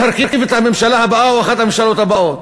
להרכיב את הממשלה הבאה או את אחת מהממשלות הבאות.